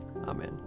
Amen